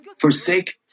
forsake